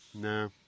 No